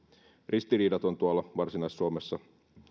ristiriidaton tuolla varsinais suomessa